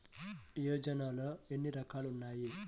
యోజనలో ఏన్ని రకాలు ఉన్నాయి?